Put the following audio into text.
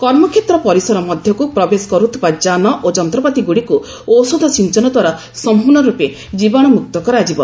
କର୍ମକ୍ଷେତ୍ର ପରିସର ମଧ୍ୟକୁ ପ୍ରବେଶ କରୁଥିବା ଯାନ ଓ ଯନ୍ତ୍ରପାତିଗୁଡ଼ିକୁ ଔଷଧ ସିଞ୍ଚନ ଦ୍ୱାରା ସମ୍ପର୍ଣ୍ଣ ର୍ଚ୍ଚପେ ଜୀବାଣୁମୁକ୍ତ କରାଯିବ